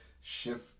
Shift